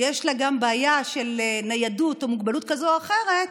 יש לה גם בעיה של ניידות או מוגבלות כזו או אחרת,